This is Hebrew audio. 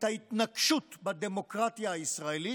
את ההתנקשות בדמוקרטיה הישראלית,